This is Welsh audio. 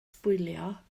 sbwylio